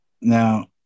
now